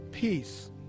peace